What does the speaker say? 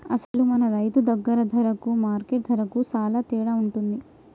అసలు మన రైతు దగ్గర ధరకు మార్కెట్ ధరకు సాలా తేడా ఉంటుంది